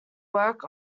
work